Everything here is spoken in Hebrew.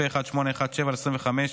פ/1817/25,